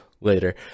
later